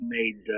made